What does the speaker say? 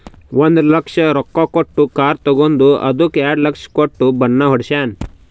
ಒಂದ್ ಲಕ್ಷ ರೊಕ್ಕಾ ಕೊಟ್ಟು ಕಾರ್ ತಗೊಂಡು ಅದ್ದುಕ ಎರಡ ಲಕ್ಷ ಕೊಟ್ಟು ಬಣ್ಣಾ ಹೊಡ್ಸ್ಯಾನ್